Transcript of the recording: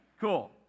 Cool